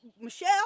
Michelle